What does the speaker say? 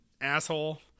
asshole